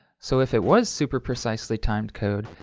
so if it was super precisely timed code,